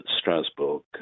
Strasbourg